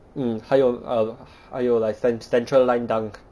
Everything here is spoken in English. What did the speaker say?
mm 还有 err 还有 like cen~ central line dunk